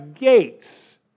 gates